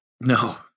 No